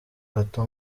gato